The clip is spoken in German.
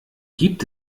gibt